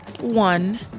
one